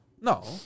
no